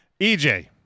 EJ